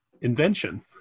invention